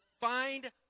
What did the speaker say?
find